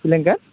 बिलेंगेद